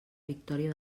victòria